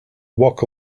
walk